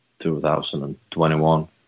2021